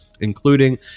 including